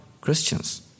Christians